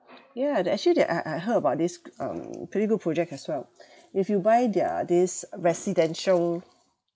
yeah they actually that I I heard about this um pretty good project as well if you buy their this residential